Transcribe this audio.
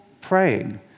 praying